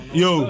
yo